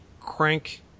crank